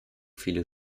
viele